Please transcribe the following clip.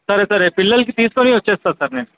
సరే సరే పిల్లలని తీసుకుని వచ్చేస్తాను సార్ నేను